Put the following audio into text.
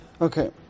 Okay